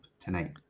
tonight